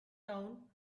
down